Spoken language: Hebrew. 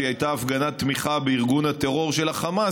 שהייתה הפגנת תמיכה בארגון הטרור של החמאס,